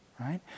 Right